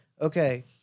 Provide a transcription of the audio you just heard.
okay